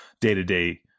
day-to-day